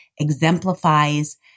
exemplifies